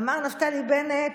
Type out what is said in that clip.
אמר נפתלי בנט: